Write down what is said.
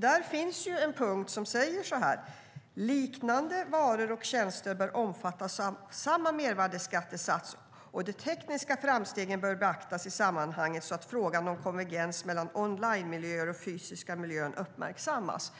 Där finns en punkt som säger: "Liknande varor och tjänster bör omfattas av samma mervärdesskattesats och de tekniska framstegen bör beaktas i sammanhanget, så att frågan om konvergens mellan onlinemiljön och den fysiska miljön uppmärksammas."